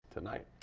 tonight.